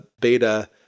Beta